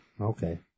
Okay